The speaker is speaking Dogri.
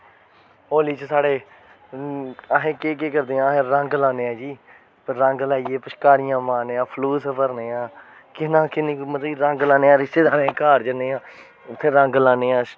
होली च साढ़े अहें केह् केह् करदे आं अहें रंग लान्ने जी रंग लाइयै पिछकारियां मारने आं फलूस भरने आं कि'यां किन्नी मतलब रंग लान्ने आं रिश्तेंदारें दे घर जन्ने आं उत्थै रंग लान्ने आं